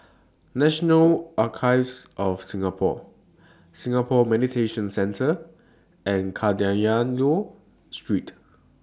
National Archives of Singapore Singapore Mediation Centre and Kadayanallur Street